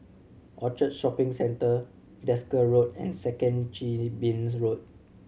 Orchard Shopping Centre Desker Road and Second Chin Bee Road